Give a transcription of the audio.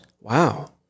Wow